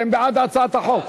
אתם בעד הצעת החוק?